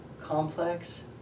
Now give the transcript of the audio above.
complex